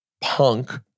Punk